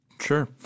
Sure